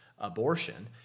abortion